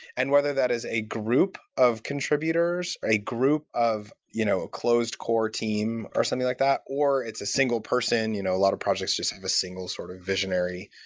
and whether that is a group of contributors, a group of you know a closed core team, or something like that, or it's a single person. you know a lot of projects just have a single sort of visionary.